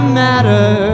matter